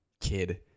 kid